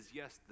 yes